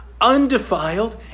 Undefiled